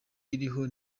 iriho